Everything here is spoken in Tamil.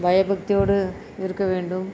பயபக்தியோடு இருக்க வேண்டும்